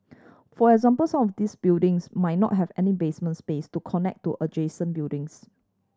for example some of these buildings might not have any basement space to connect to adjacent buildings